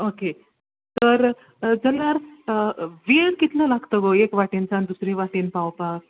okay तर जाल्यार वेळ कितलो लागता गो एकवेटेन सावन दूसरे वटेन पावपाक